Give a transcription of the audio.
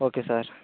okay sir